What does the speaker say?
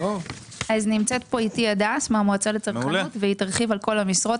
נמצאת כאן הדס מהמועצה לצרכנות והיא תרחיב על כל המשרות